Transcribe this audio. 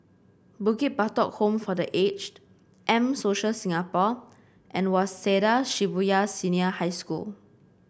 Bukit Batok Home for The Aged M Social Singapore and Waseda Shibuya Senior High School